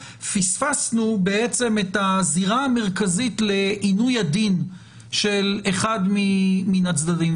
פיספסנו בעצם את הזירה המרכזית לעינוי הדין של אחד מן הצדדים.